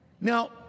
Now